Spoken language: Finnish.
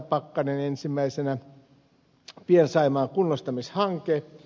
pakkanen ensimmäisenä pien saimaan kunnostamishanke